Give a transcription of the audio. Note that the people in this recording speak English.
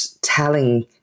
telling